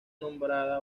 nombrada